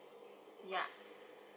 ya